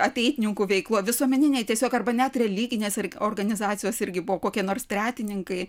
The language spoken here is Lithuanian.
ateitininkų veikloj visuomeninėj tiesiog arba net religinės organizacijos irgi buvo kokie nors tretininkai